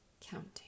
counting